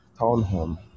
townhome